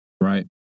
Right